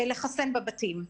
לחסן בבתים,